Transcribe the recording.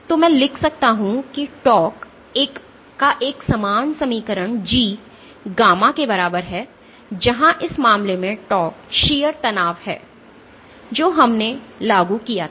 तो मैं लिख सकता हूं कि tau का एक समान समीकरण G गामा के बराबर है जहां इस मामले में tau shear तनाव है जो हमने लागू किया था